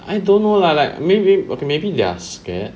I don't know lah like maybe okay maybe they're scared